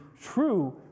true